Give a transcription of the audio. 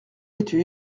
été